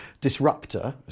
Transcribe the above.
disruptor